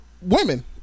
women